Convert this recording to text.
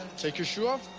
take your shoe off,